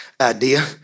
idea